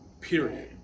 period